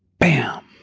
bam.